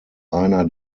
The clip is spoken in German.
einer